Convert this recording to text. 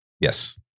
Yes